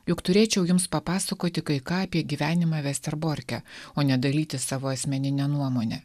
juk turėčiau jums papasakoti kai ką apie gyvenimą vesterborke o ne dalytis savo asmenine nuomone